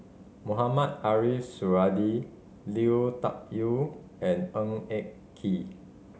Mohamed Ariff Suradi Lui Tuck Yew and Ng Eng Kee